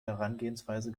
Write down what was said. herangehensweise